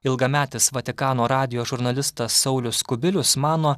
ilgametis vatikano radijo žurnalistas saulius kubilius mano